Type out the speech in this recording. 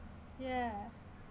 ya